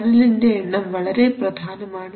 ചാനലിന്റെ എണ്ണം വളരെ പ്രധാനമാണ്